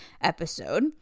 episode